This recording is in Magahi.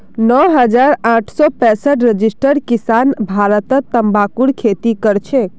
नौ हजार आठ सौ पैंसठ रजिस्टर्ड किसान भारतत तंबाकूर खेती करछेक